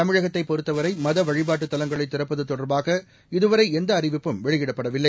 தமிழகத்தைப் பொறுத்தவரை மதவழிபாட்டு தலங்களை திறப்பது தொடர்பாக இதுவரை எந்த அறிவிப்பும் வெளியிடப்படவில்லை